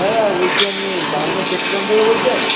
হ্যাঁ দাদা বলছি আপনি বামনি পেট্রোল পাম্প থেকে বলছেন